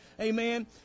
Amen